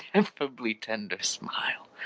ineffably tender smile,